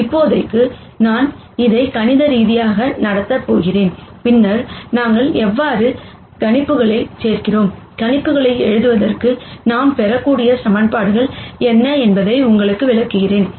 இப்போதைக்கு நான் இதை கணித ரீதியாக நடத்தப் போகிறேன் பின்னர் நாங்கள் எவ்வாறு கணிப்புகளைச் செய்கிறோம் கணிப்புகளை எழுதுவதற்கு நாம் பெறக்கூடிய ஈக்குவேஷன்கள் என்ன என்பதை உங்களுக்கு விளக்குகிறேன்